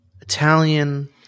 Italian